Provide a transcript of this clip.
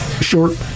short